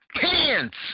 Pants